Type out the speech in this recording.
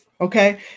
okay